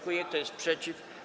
Kto jest przeciw?